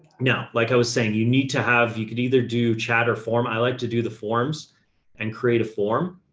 now, like i was saying, you need to have, you could either do chatter form. i like to do the forms and create a form.